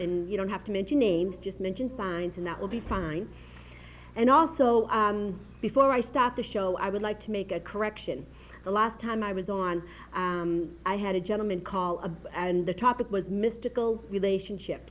and you don't have to mention names just mention fans and that will be fine and also before i start the show i would like to make a correction the last time i was on i had a gentleman call a book and the topic was mystical relationship